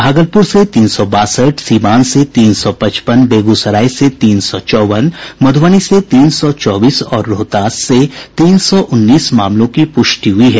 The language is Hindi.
भागलपुर से तीन सौ बासठ सिवान से तीन सौ पचपन बेगूसराय से तीन सौ चौवन मधुबनी से तीन सौ चौबीस और रोहतास से तीन सौ उन्नीस मामलों की पुष्टि हुयी है